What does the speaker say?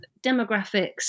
demographics